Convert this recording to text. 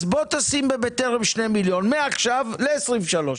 אז תשים בבטרם 2 מיליון מעכשיו ל-23'.